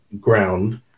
ground